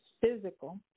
physical